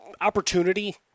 opportunity